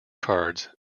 cards